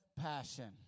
passion